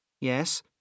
Yes